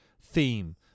theme